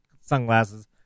sunglasses